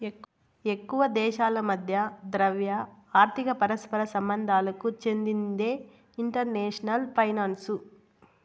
ఎక్కువ దేశాల మధ్య ద్రవ్య, ఆర్థిక పరస్పర సంబంధాలకు చెందిందే ఇంటర్నేషనల్ ఫైనాన్సు